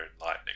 lightning